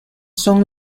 son